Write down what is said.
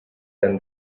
than